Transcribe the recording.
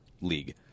league